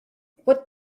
what